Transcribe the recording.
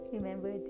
Remember